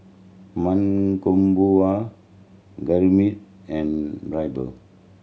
Mankombu Gurmeet and